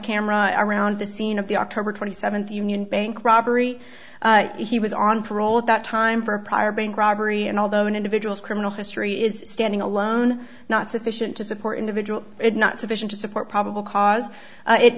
camera around the scene of the october twenty seventh union bank robbery he was on parole at that time for a prior bank robbery and although an individual criminal history is standing alone not sufficient to support individual it not sufficient to support probable cause